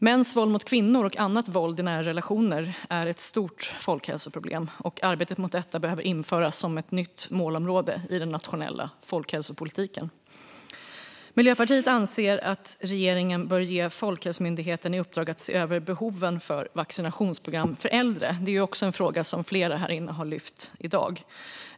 Mäns våld mot kvinnor och annat våld i nära relationer är ett stort folkhälsoproblem, och arbetet mot detta behöver införas som ett nytt målområde i den nationella folkhälsopolitiken. Miljöpartiet anser att regeringen bör ge Folkhälsomyndigheten i uppdrag att se över behoven för vaccinationsprogram för äldre, vilket också är en fråga som flera här inne har lyft fram i dag.